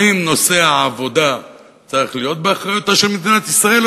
האם נושא העבודה צריך להיות באחריותה של מדינת ישראל,